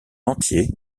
entier